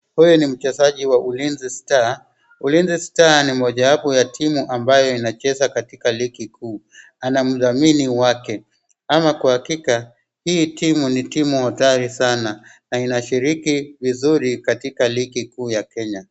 Huyu ni mchezaji wa Ulinzi Star. Ulinzi Star ni moja wapo ya timu ambayo inacheza katika ligi kuu ana mdhamini wake, ama kwa hakika hii timu ni timu hodari sana na inashiriki vizuri katika ligi kuu ya Kenya.